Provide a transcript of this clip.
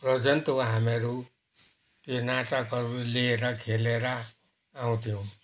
र जान्थ्यौँ हामीहरू त्यो नाटकहरू लिएर खेलेर आउँथ्यौँ